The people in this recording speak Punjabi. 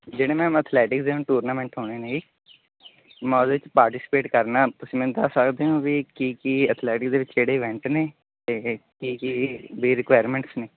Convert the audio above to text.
ਜਿਹੜੇ ਮੈਮ ਅਥਲੈਟਿਕਸ ਦੇ ਹੁਣ ਟੂਰਨਾਮੈਂਟ ਹੋਣੇ ਨੇ ਜੀ ਮੈਂ ਉਹਦੇ ਵਿੱਚ ਪਾਰਟੀਸਪੇਟ ਕਰਨਾ ਤੁਸੀਂ ਮੈਨੂੰ ਦੱਸ ਸਕਦੇ ਹੋ ਵੀ ਕੀ ਕੀ ਅਥਲੈਟਿਕਸ ਦੇ ਵਿੱਚ ਕਿਹੜੇ ਈਵੈਂਟ ਨੇ ਅਤੇ ਕੀ ਕੀ ਵੀ ਰਿਕੁਆਇਰਮੈਂਟਸ ਨੇ